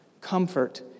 Comfort